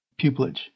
pupillage